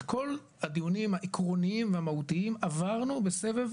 את כל הדיונים העקרוניים והמהותיים עברנו בסבב